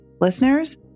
listeners